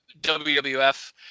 WWF